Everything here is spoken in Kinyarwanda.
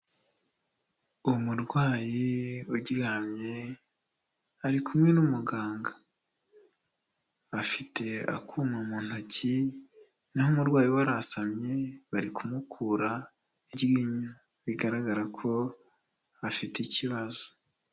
Umurwayi uryamye, ari kumwe n'umuganga. Afite akuma mu ntoki, naho umurwayi we arasamye, bari kumukura iryinyo. Bigaragara ko afite ikibazo.